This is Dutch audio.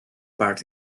paard